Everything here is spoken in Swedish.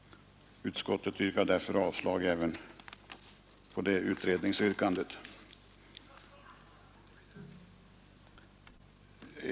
Utskottet avstyrker därför även detta utredningsyrkande.